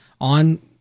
on